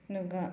ꯑꯗꯨꯒ